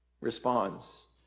responds